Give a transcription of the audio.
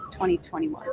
2021